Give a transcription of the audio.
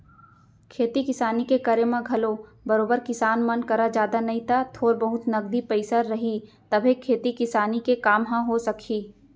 खेती किसानी के करे म घलौ बरोबर किसान मन करा जादा नई त थोर बहुत नगदी पइसा रही तभे खेती किसानी के काम ह हो सकही